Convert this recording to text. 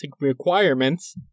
requirements